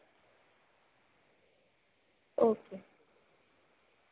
अच्छा